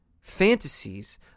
fantasies